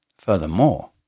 Furthermore